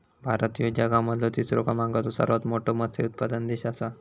भारत ह्यो जगा मधलो तिसरा क्रमांकाचो सर्वात मोठा मत्स्य उत्पादक देश आसा